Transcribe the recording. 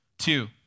Two